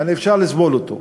יעני אפשר לסבול אותו.